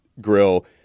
grill